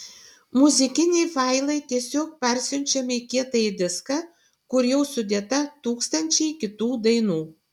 muzikiniai failai tiesiog parsiunčiami į kietąjį diską kur jau sudėta tūkstančiai kitų dainų